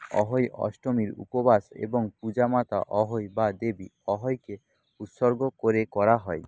অহোই অষ্টমীর উপবাস এবং পূজা মাতা অহোই বা দেবী অহোইকে উৎসর্গ করে করা হয়